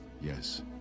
Yes